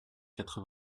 quatre